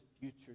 future